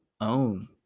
own